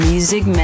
Music